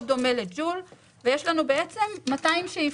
מאוד דומה ל-ג'ול ויש לנו בעצם 200 שאיפות.